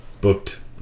booked